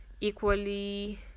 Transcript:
equally